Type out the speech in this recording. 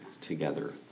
together